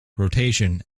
rotation